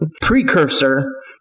precursor